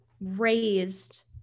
raised